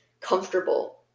comfortable